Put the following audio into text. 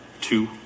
two